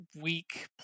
weak